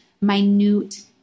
minute